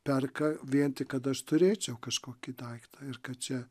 perka vien tik kad aš turėčiau kažkokį daiktą ir kad čia